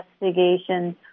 investigations